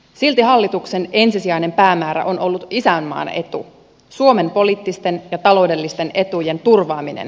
silti hallituksen ensisijainen päämäärä on ollut isänmaan etu suomen poliittisten ja taloudellisten etujen turvaaminen